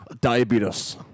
Diabetes